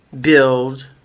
build